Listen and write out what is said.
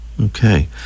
Okay